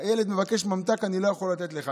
הילד מבקש ממתק: אני לא יכול לתת לך.